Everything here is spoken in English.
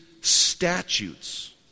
statutes